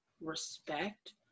respect